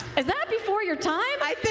is that before your time?